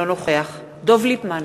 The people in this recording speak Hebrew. אינו נוכח דב ליפמן,